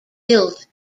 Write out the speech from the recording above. built